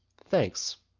thanks.